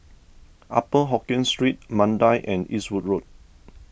Upper Hokkien Street Mandai and Eastwood Road